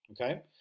Okay